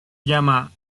llama